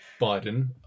Biden